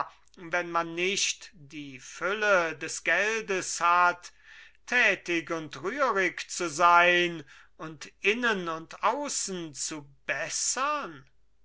wenn man nicht die fülle des gelds hat tätig und rührig zu sein und innen und außen zu bessern